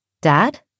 Dad